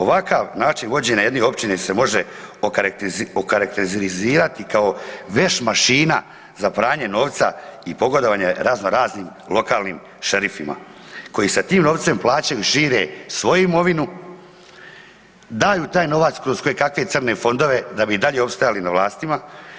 Ovakav način vođenja jedne općine se može okarakterizirati kao veš mašina za pranje novca i pogodovanje raznoraznim lokanih šerifima koji sa tim novcem plaćaju i žive svoju imovinu, daju taj novac kroz kojekakve crne fondove da bi i dalje opstajali na vlastima.